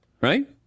Right